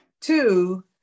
Two